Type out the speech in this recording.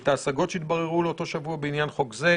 את ההשגות שהתבררו לאותו שבוע בעניין חוק זה.